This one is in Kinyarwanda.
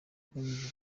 agamije